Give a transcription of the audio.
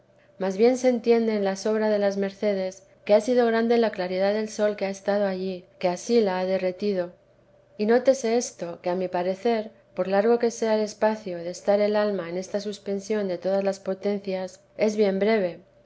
mas bien se entiende en la sobra de las mercedes que ha sido grande la claridad del sol que ha estado allí que ansí la ha derretido y nótese esto que a mi parecer por largo que sea el espacio de estar el alma en esta suspensión de todas las potencias es bien breve